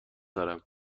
دارم